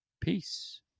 Peace